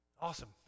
Awesome